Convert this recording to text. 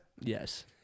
Yes